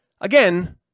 Again